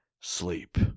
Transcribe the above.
sleep